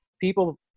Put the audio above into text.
people